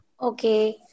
Okay